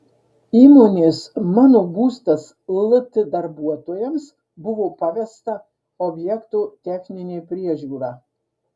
įmonės mano būstas lt darbuotojams buvo pavesta objekto techninė priežiūra